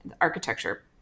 architecture